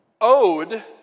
owed